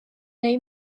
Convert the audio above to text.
neu